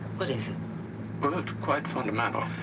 but is it? but it's quite fundamental.